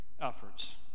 efforts